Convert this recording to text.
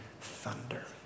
thunder